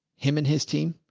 him and his team,